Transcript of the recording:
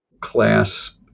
class